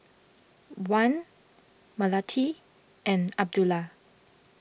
Wan Melati and Abdullah